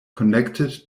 connected